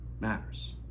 matters